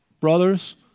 brothers